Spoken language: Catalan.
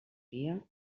fia